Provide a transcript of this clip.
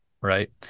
right